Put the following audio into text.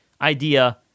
idea